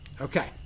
Okay